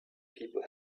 people